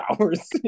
hours